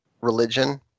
religion